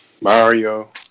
Mario